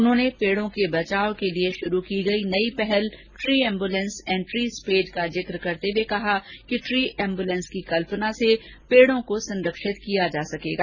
उन्होंने पेडो के बचाव के लिए शुरू की गई नई पहल tree ambulance and tree spade का जिक्र करते हुए कहा कि ट्री एम्बुलेंस की कल्पना से पेड़ो को संरक्षित किया जा सकेगा